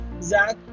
Zach